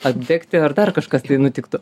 padegti ar dar kažkas nutiktų